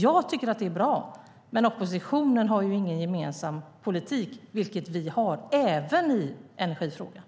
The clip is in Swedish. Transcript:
Jag tycker att det är bra, men oppositionen har ingen gemensam politik, vilket vi har, även i energifrågan.